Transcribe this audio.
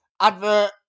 advert